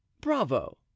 Bravo